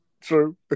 true